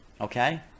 okay